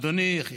אדוני, חברי,